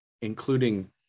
including